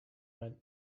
went